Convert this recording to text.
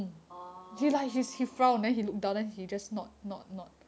orh